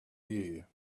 year